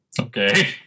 okay